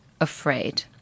afraid